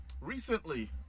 Recently